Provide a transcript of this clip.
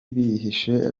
bihishe